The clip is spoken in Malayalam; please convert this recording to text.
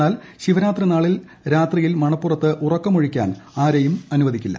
എന്നാൽ ശിവരാത്രി നാളിൽ രാത്രിയിൽ മണപ്പുറത്ത് ഉറക്കമൊഴിക്കാൻ ആരെയും അനുവദിക്കില്ല